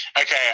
okay